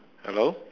hello